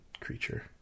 creature